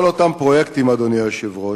כל אותם פרויקטים, אדוני היושב-ראש,